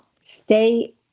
stay